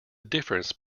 difference